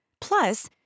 Plus